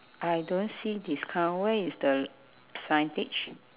I don't see discount where is the signage